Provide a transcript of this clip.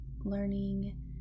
learning